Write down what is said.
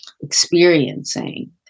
experiencing